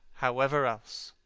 however else.